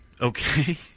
Okay